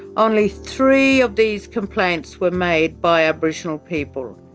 only three of these complaints were made by aboriginal people.